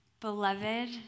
Beloved